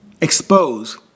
expose